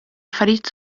affarijiet